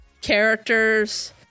characters